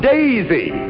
Daisy